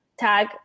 tag